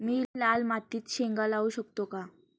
मी लाल मातीत शेंगा लावू शकतो का?